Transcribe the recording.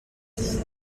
sie